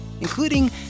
including